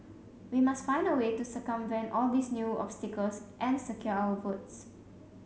we must find a way to circumvent all these new obstacles and secure our votes